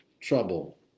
trouble